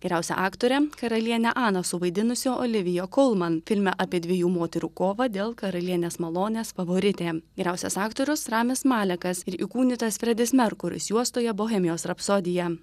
geriausia aktore karalienę aną suvaidinusio olivija kolman filme apie dviejų moterų kovą dėl karalienės malonės favoritė geriausias aktorius ramis malekas ir įkūnytas fredis merkuris juostoje bohemijos rapsodija